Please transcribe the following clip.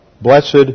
Blessed